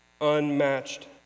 unmatched